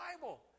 Bible